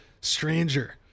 stranger